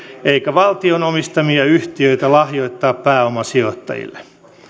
eikä valtion omistamia yhtiötä lahjoittaa pääomasijoittajille